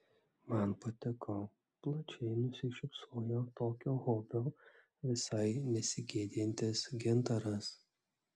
man patiko plačiai nusišypsojo tokio hobio visai nesigėdijantis gintaras